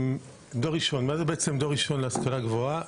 "דור ראשון" - מה זה בעצם דור ראשון להשכלה גבוהה?